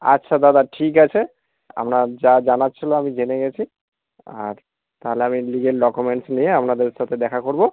আচ্ছা দাদা ঠিক আছে আপনার যা জানার ছিল আমি জেনে গেছি আর তাহলে আমি নিজের ডকুমেন্টস নিয়ে আপনাদের সাথে দেখা করব